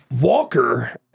Walker